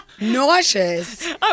Nauseous